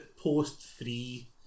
post-three